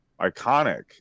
iconic